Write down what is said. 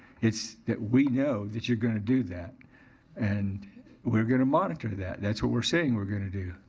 it's that we know that you're gonna do that and we're gonna monitor that. that's what we're saying we're gonna do.